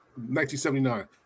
1979